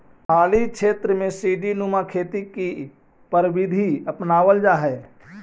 पहाड़ी क्षेत्रों में सीडी नुमा खेती की प्रविधि अपनावाल जा हई